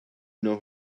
know